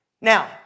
Now